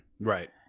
Right